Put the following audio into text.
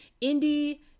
Indy